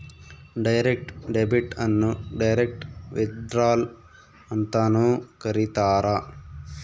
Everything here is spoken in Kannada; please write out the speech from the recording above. ಡೈರೆಕ್ಟ್ ಡೆಬಿಟ್ ಅನ್ನು ಡೈರೆಕ್ಟ್ ವಿತ್ಡ್ರಾಲ್ ಅಂತನೂ ಕರೀತಾರ